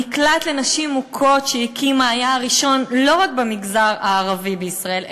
המקלט לנשים מוכות שהקימה היה הראשון לא רק במגזר הערבי בישראל,